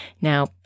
Now